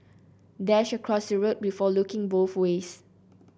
dash across the road before looking both ways